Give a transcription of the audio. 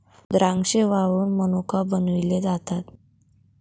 द्राक्षे वाळवुन मनुका बनविले जातात